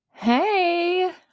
Hey